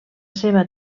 seva